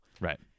Right